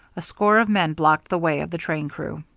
a score of men blocked the way of the train crew.